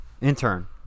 Intern